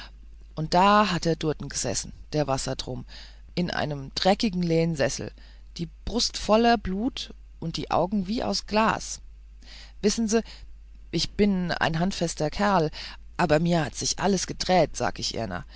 und da hat e durten g'sässen der wassertrum in einem dreckigen lähnsessel die brust voller blut und die augen wie aus glas wissen s ich bin ich ein handfeste kerl aber mir hat sich alles gedräht sag ich